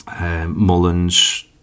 Mullins